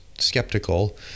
skeptical